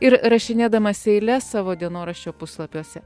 ir rašinėdamas eiles savo dienoraščio puslapiuose